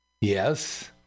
Yes